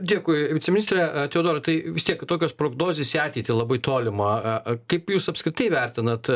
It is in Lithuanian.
dėkui viceministre teodorai tai vis tiek tokios prognozės į ateitį labai tolimą a a kaip jūs apskritai vertinat